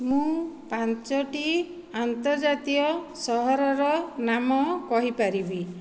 ମୁଁ ପାଞ୍ଚୋଟି ଆନ୍ତର୍ଜାତିୟ ସହରର ନାମ କହିପାରିବି